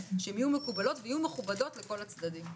החוק נחקק בשנת 2005, לא היה לכם מספיק זמן?